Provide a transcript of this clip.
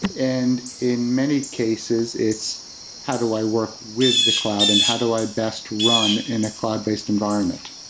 and in many cases, it's how do i work with the cloud and how do i best run in a cloud-based environment?